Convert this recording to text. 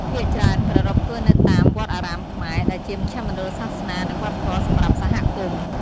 ភាគច្រើនប្រារព្ធធ្វើនៅតាម វត្តអារាមខ្មែរ ដែលជាមជ្ឈមណ្ឌលសាសនា និងវប្បធម៌សម្រាប់សហគមន៍។